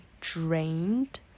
drained